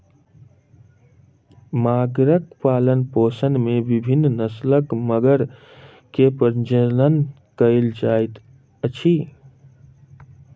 मगरक पालनपोषण में विभिन्न नस्लक मगर के प्रजनन कयल जाइत अछि